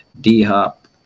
D-Hop